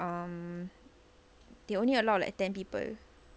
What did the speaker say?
um they only allow like ten people